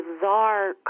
bizarre